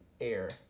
air